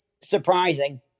surprising